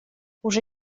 уже